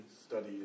study